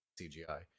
CGI